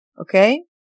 Okay